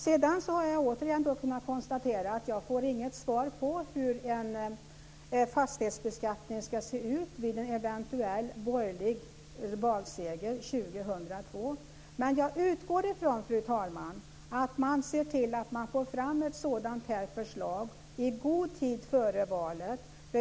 Sedan har jag återigen kunnat konstatera att jag inte får något svar om hur en fastighetsbeskattning ska se ut vid en eventuell borgerlig valseger 2002. Men jag utgår från, fru talman, att man ser till att få fram ett sådant här förslag i god tid före valet.